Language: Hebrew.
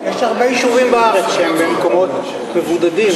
יש הרבה יישובים בארץ שהם במקומות מבודדים,